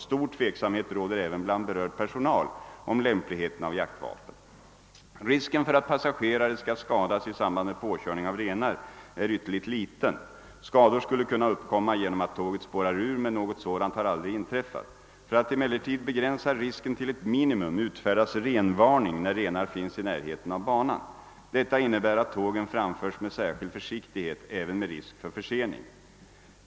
Stor tveksamhet råder även bland berörd personal om lämpligheten av jaktvapen. Risken för att passagerare skall skadas i samband med påkörning av renar är ytterligt liten. Skador skulle kunna uppkomma genom att tåget spårar ur, men något sådant har aldrig inträffat. För att emellertid begränsa risken till ett minimum utfärdas »renvarning» när renar finns i närheten av banan. Detta innebär att tågen framförs med särskild försiktighet, även med risk för försening.